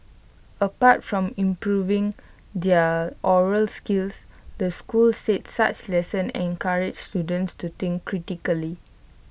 apart from improving their oral skills the school said such lessons encourage students to think critically